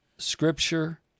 Scripture